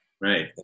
right